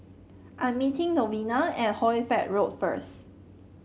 I'm meeting Novella at Hoy Fatt Road first